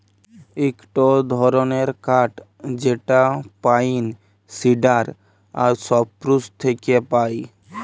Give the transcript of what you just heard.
ইকটো ধরণের কাঠ যেটা পাইন, সিডার আর সপ্রুস থেক্যে পায়